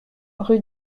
rue